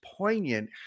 poignant